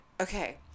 Okay